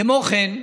כמו כן,